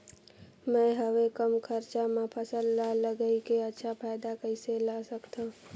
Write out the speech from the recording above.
मैं हवे कम खरचा मा फसल ला लगई के अच्छा फायदा कइसे ला सकथव?